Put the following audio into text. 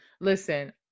listen